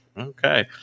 Okay